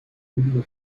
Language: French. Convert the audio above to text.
colimaçon